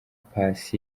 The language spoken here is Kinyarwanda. pass